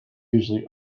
usually